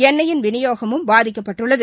எண்ணெய் விநியோகமும் பாதிக்கப்பட்டுள்ளது